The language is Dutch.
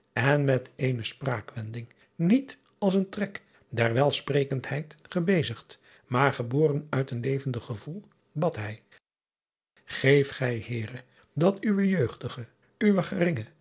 en met eene spraakwending niet als een trek der welsprekendheid gebezigd maar geboren uit een levendig gevoel bad hij eef gij eere dat uwe jeugdige uwe